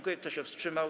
Kto się wstrzymał?